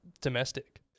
domestic